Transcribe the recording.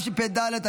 פנינה תמנו שטה בעד.